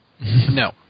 No